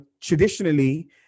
traditionally